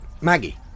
Maggie